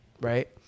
right